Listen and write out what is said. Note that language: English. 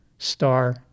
star